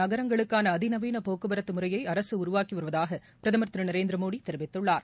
நகரங்களுக்காள அதிநவீன போக்குவரத்து முறையை அரசு உருவாக்கி வருவதாக பிரதமா் திரு நரேந்திரமோடி தெரிவித்துள்ளார்